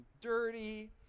dirty